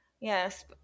Yes